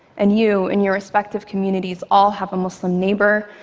and you, in your respective communities, all have a muslim neighbor,